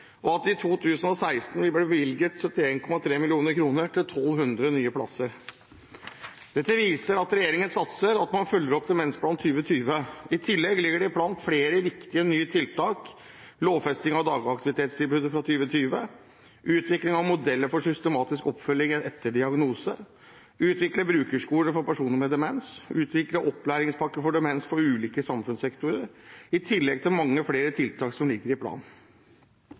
og at det i 2016 vil bli bevilget 71,3 mill. kr til 1 200 nye plasser. Dette viser at regjeringen satser, og at man følger opp Demensplan 2020. I tillegg ligger det i planen flere viktige nye tiltak, lovfesting av dagaktivitetstilbudet fra 2020, utvikling av modeller for systematisk oppfølging etter diagnose, å utvikle brukerskoler for personer med demens, å utvikle opplæringspakker for demens for ulike samfunnssektorer – i tillegg til mange flere tiltak som ligger i